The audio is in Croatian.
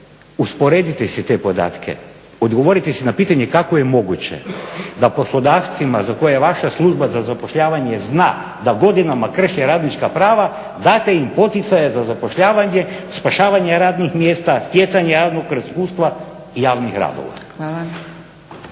usporedite si te podatke, odgovorite si na pitanje kako je moguće da poslodavcima za koje vaša Služba za zapošljavanje zna da godinama krše radnička prava date im poticaje za zapošljavanje, spašavanje radnih mjesta, stjecanje radnog iskustva i javnih radova. **Zgrebec,